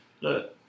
Look